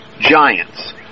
Giants